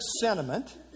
sentiment